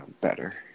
better